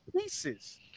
pieces